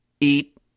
eat